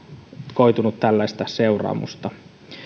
koitunut tällaista seuraamusta